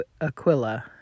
Aquila